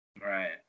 Right